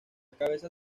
cabeza